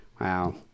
Wow